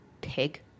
Pig